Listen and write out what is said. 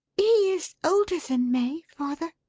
is older than may, father.